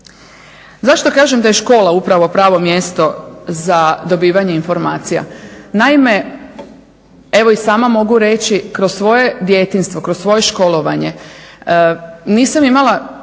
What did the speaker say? Zašto kažem da je škola upravo pravo mjesto za dobivanje informacija? Naime, evo i sama mogu reći kroz svoje djetinjstvo, kroz svoje školovanje nisam imala